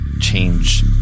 change